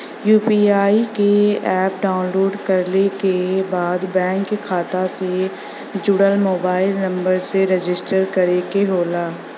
UPI क app download कइले के बाद बैंक खाता से जुड़ल मोबाइल नंबर से रजिस्टर करे के होला